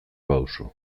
baduzu